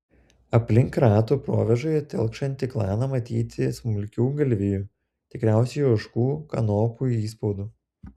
aplink ratų provėžoje telkšantį klaną matyti smulkių galvijų tikriausiai ožkų kanopų įspaudų